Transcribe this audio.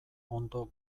ondo